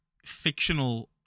fictional